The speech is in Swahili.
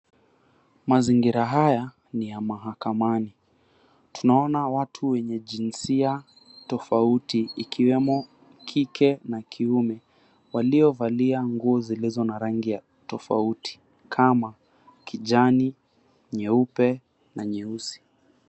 Mazingira haya ni ya mahakamani tunaona watu wenye jinsia tofauti ikiwemo kike na kiume waliovalia nguo zilizo na rangi ya tofauti kama kijani, nyeupe na nyeusi.